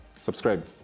subscribe